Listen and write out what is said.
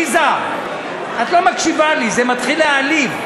עליזה, את לא מקשיבה לי, זה מתחיל להעליב.